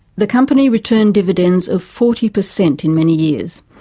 the company returned dividends of forty percent in many years,